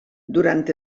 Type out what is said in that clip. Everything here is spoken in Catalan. durant